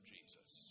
Jesus